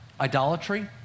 idolatry